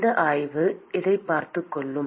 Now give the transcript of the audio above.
இந்த சாய்வு அதை பார்த்துக்கொள்ளும்